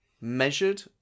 measured